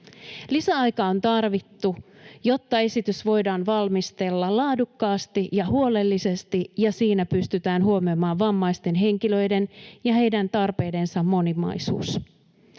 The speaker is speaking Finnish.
Lisäaikaa on tarvittu, jotta esitys voidaan valmistella laadukkaasti ja huolellisesti ja siinä pystytään huomioimaan vammaisten henkilöiden ja heidän tarpeidensa moninaisuus.